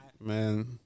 Man